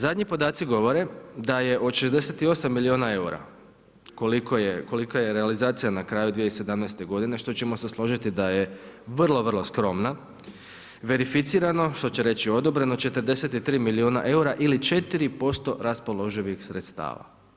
Zadnji podaci govore da je od 68 milijuna eura, kolika je realizacija na kraju 2017. godine, što ćemo se složiti da je vrlo vrlo skromna, verificirano, što će reći odobreno, 43 milijuna eura ili 4% raspoloživih sredstava.